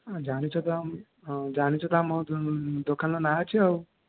ହଁ ଜାଣିଛ ତ ହଁ ଜାଣିଛ ତ ଆମ ଦୋକାନର ନାଁ ଅଛି ଆଉ